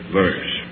verse